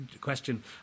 question